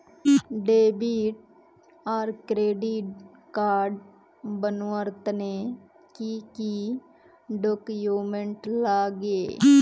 Debit आर credit card बनवार तने की की डॉक्यूमेंट लागे?